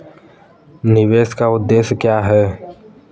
निवेश का उद्देश्य क्या है?